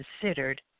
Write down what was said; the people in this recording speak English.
considered